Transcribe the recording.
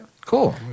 Cool